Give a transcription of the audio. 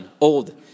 old